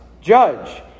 judge